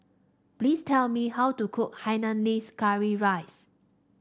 please tell me how to cook Hainanese Curry Rice